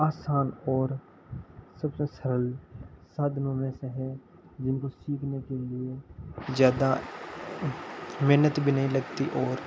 आसान और सबसे सरल साधनों में से है जिनको सीखने के लिए ज़्यादा मेहनत भी नहीं लगती और